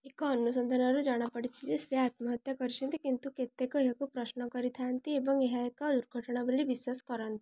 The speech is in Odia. ଏକ ଅନୁସନ୍ଧାନରୁ ଜଣାପଡ଼ିଛି ଯେ ସେ ଆତ୍ମହତ୍ୟା କରିଛନ୍ତି କିନ୍ତୁ କେତେକ ଏହାକୁ ପ୍ରଶ୍ନ କରିଥାନ୍ତି ଏବଂ ଏହା ଏକ ଦୁର୍ଘଟଣା ବୋଲି ବିଶ୍ୱାସ କରନ୍ତି